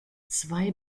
zwei